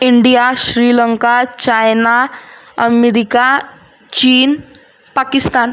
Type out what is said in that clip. India Sri Lanka China America चीन पाकिस्तान